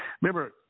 remember